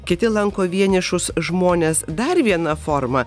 kiti lanko vienišus žmones dar viena forma